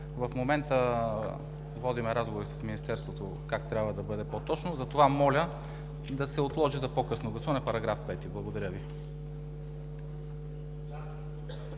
В момента водим разговори с Министерството как трябва да бъде по-точно, затова моля да се отложи за по-късно гласуване на § 5. Благодаря Ви.